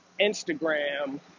Instagram